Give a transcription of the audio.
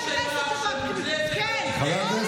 תודה רבה.